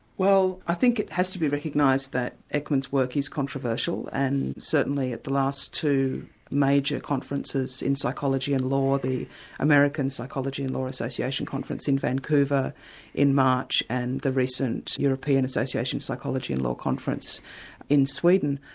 well i think it has to be recognised that ekman's work is controversial, and certainly at the last two major conferences in psychology in law, the american psychology in law association conference in vancouver in march, and the recent european association of psychology in law conference in sweden,